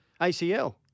ACL